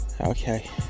Okay